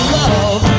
love